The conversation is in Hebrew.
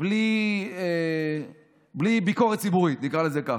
בלי ביקורת ציבורית, נקרא לזה כך.